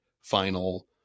final